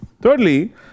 Thirdly